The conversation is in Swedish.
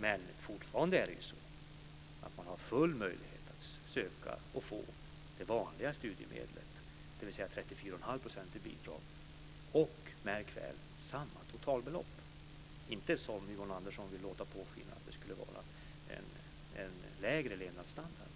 Men det är fortfarande så att man har full möjlighet att söka och få de vanliga studiemedlen, dvs. 34,5 % i bidrag och - märk väl - samma totalbelopp, inte som Yvonne Andersson vill låta påskina en lägre levnadsstandard.